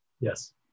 Yes